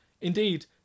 Indeed